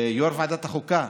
יו"ר ועדת החוקה,